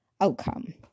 outcome